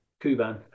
Kuban